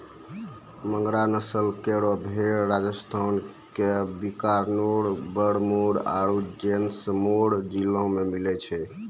मगरा नस्ल केरो भेड़ राजस्थान क बीकानेर, बाड़मेर आरु जैसलमेर जिला मे मिलै छै